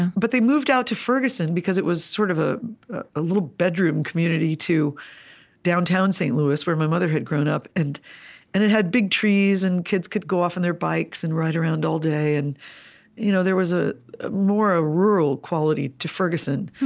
but they moved out to ferguson because it was sort of ah a little bedroom community to downtown st. louis, where my mother had grown up. and and it had big trees, and kids could go off on their bikes and ride around all day, and you know there was ah more a rural quality to ferguson.